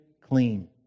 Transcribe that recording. clean